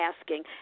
asking